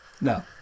No